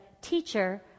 Teacher